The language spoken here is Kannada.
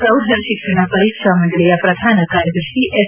ಪ್ರೌಢಶಿಕ್ಷಣ ಪರೀಕ್ಷಾ ಮಂಡಳಿಯ ಪ್ರಧಾನ ಕಾರ್ಯದರ್ಶಿ ಎಸ್